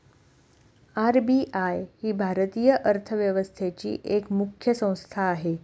RBI ही भारतीय अर्थव्यवस्थेची एक मुख्य संस्था आहे